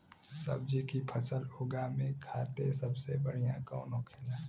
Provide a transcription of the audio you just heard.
सब्जी की फसल उगा में खाते सबसे बढ़ियां कौन होखेला?